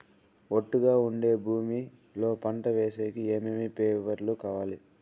ఒట్టుగా ఉండే భూమి లో పంట వేసేకి ఏమేమి పేపర్లు కావాలి?